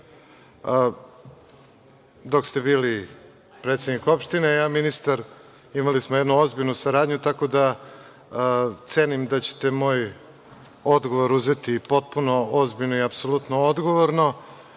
Dok ste bili predsednik opštine, ja i ministar smo imali jednu ozbiljnu saradnju, tako da cenim da ćete moj odgovor uzeti potpuno ozbiljno i apsolutno odgovorno. Dakle,